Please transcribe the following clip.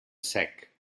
sec